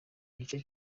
gice